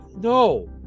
No